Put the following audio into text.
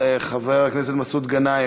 חבר הכנסת דב חנין,